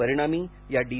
परिणामी या डी